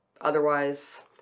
Otherwise